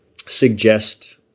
suggest